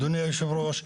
אדוני היושב ראש,